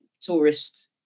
tourists